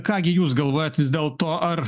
ką gi jūs galvojat vis dėlto ar